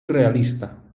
realista